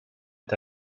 est